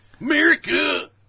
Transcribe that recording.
America